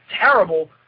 terrible